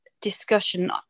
discussion